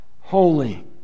holy